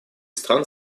стран